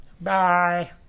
Bye